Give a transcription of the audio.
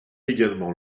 également